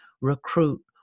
recruit